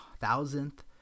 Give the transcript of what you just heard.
thousandth